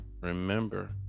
remember